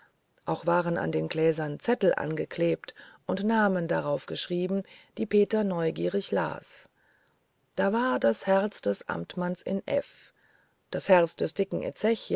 auch waren an den gläsern zettel angeklebt und namen darauf geschrieben die peter neugierig las da war das herz des amtmanns in f das herz des dicken